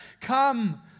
come